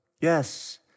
Yes